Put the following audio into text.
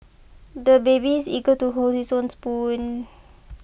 the baby is eager to hold his own spoon